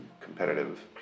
competitive